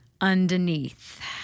underneath